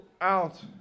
out